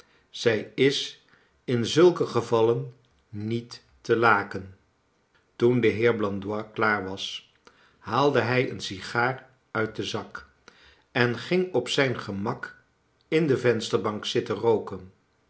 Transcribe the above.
zij is in zulke gevailen niet te laken toen de heer blandois klaar was haalde hij een sigaar uit den zak en ging op zijn gemak in de vensterbank zitten rooken